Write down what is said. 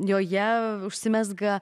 joje užsimezga